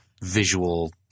visual